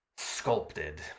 sculpted